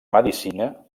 medicina